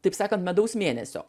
taip sakant medaus mėnesio